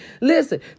Listen